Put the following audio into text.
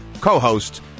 co-host